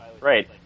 right